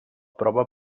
prova